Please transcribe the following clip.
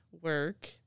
work